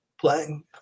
playing